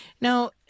Now